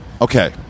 okay